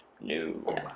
No